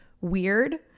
weird